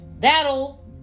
that'll